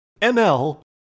ML